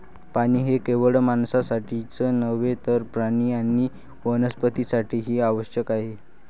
पाणी हे केवळ माणसांसाठीच नव्हे तर प्राणी आणि वनस्पतीं साठीही आवश्यक आहे